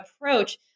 approach